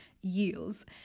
yields